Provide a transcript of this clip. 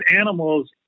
animals